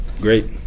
Great